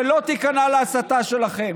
שלא תיכנע להסתה שלכם,